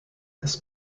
this